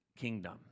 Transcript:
kingdom